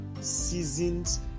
seasons